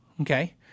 Okay